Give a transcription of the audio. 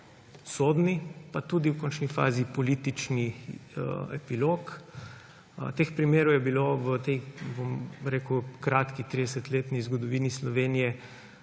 sodni pa tudi v končni fazi politični epilog. Teh primerov je bilo v tej kratki 30-letni zgodovini Sloveniji